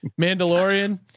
Mandalorian